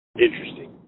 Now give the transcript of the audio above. Interesting